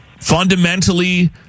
fundamentally